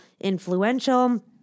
influential